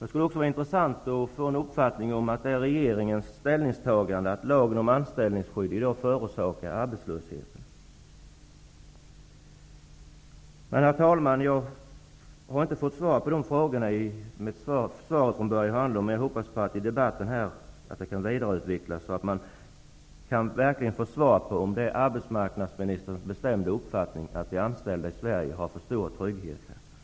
Det skulle också vara intressant att få ett besked om huruvida det är regeringens uppfattning att lagen om anställningsskydd i dag förorsakar arbetslöshet. Herr talman! Jag har inte fått svar på mina frågor till Börje Hörnlund, men jag hoppas att jag i debatten verkligen kan få besked om huruvida det är arbetsmarknadsministerns bestämda uppfattning att de anställda i Sverige har för stor trygghet.